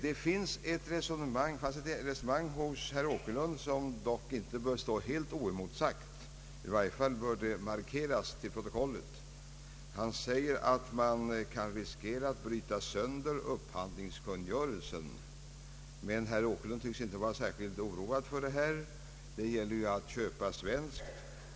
Det finns i herr Åkerlunds anförande ett resonemang som dock inte bör stå helt oemotsagt. Han säger att man kan riskera att bryta sönder upphandlingskungörelsen. Men herr Ååkerlund tycks inte vara särskilt oroad för detta — det gäller ju att köpa svenskt.